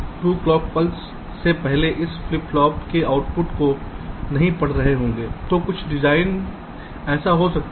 तो आप 2 clock pulse से पहले इस फ्लिप फ्लॉप के आउटपुट को नहीं पढ़ रहे होंगे तो कुछ डिजाइन ऐसा हो सकता है